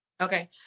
Okay